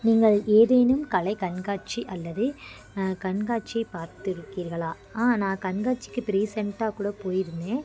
நீங்கள் ஏதேனும் கலை கண்காட்சி அல்லது கண்காட்சியை பார்த்து இருக்கீர்களா ஆ நான் கண்காட்சிக்கு இப்போ ரீசண்ட்டாக கூட போயிருந்தேன்